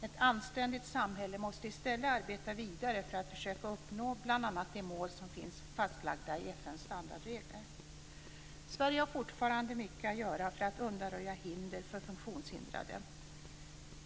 Ett anständigt samhälle måste i stället arbeta vidare för att försöka uppnå bl.a. de mål som finns fastlagda i Sverige har fortfarande mycket att göra för att undanröja hinder för funktionshindrade.